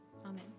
Amen